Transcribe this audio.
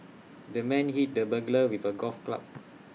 the man hit the burglar with A golf club